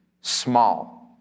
small